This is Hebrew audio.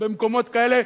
או במקומות כאלה,